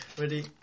ready